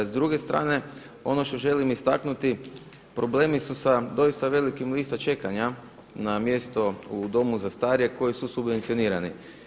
S druge strane ono što želim istaknuti problemi su sa doista velikim listama čekanja na mjesto u domu za starije koji su subvencionirani.